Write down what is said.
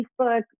Facebook